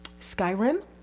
Skyrim